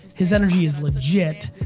his energy is legit.